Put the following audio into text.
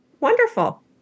wonderful